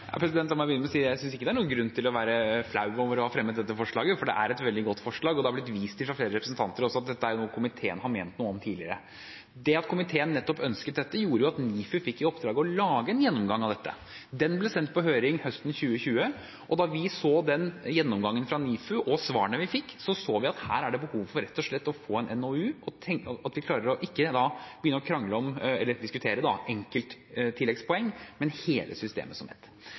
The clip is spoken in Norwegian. La meg begynne med å si at jeg synes ikke det er noen grunn til være flau over å ha fremmet dette forslaget, for det er et veldig godt forslag, og det har også blitt vist til fra flere representanter at dette er noe komiteen har ment noe om tidligere. Det at komiteen nettopp ønsket dette, gjorde at NIFU fikk i oppdrag å lage en gjennomgang av dette. Den ble sendt på høring høsten 2020. Da vi så gjennomgangen fra NIFU og svarene vi fikk, så vi at her var det rett og slett behov for å få en NOU og at vi klarer å ikke begynne å krangle om, eller diskutere, enkelttilleggspoeng, men hele systemet som